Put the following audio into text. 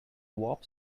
warp